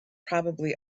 probably